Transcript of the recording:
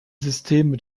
systeme